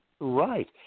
Right